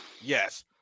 Yes